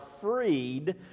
freed